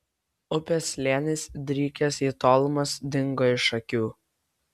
upės slėnis drykęs į tolumas dingo iš akių